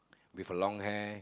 with long hair